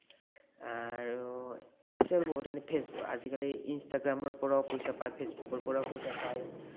আৰু আছে বহুত ইনষ্টাগ্ৰামৰ পৰাও পইচা পায় ফেচবুকৰ পৰাও পইচা পায়